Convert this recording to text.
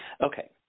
Okay